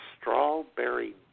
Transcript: Strawberry